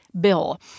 bill